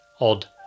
Odd